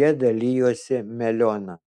jie dalijosi melioną